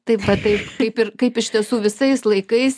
taip va taip kaip ir kaip iš tiesų visais laikais